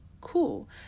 cool